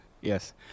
yes